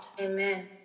Amen